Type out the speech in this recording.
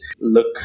look